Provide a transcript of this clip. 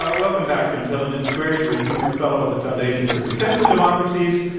ah welcome back to intelligence squared. you're a senior fellow at the foundation for defense of democracies.